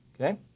Okay